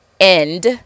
end